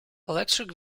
electric